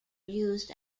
used